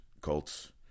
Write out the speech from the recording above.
Colts